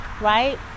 Right